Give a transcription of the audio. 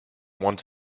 want